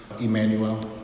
Emmanuel